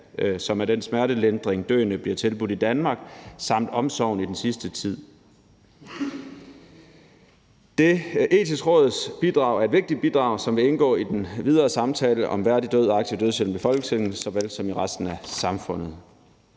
som er den smertelindring, døende bliver tilbudt i Danmark, samt omsorgen i den sidste tid. Det Etiske Råds bidrag er et vigtigt bidrag, som vil indgå i den videre samtale om en værdig død og aktiv dødshjælp i Folketinget såvel som i resten af samfundet.